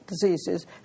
diseases